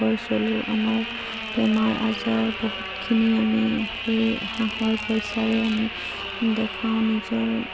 ঘৰ চলোঁ আমাৰ বেমাৰ আজাৰ বহুতখিনি আমি সেই হাঁহৰ পইচাৰে আমি দেখাওঁ নিজৰ